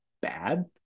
bad